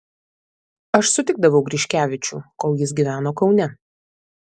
aš sutikdavau griškevičių kol jis gyveno kaune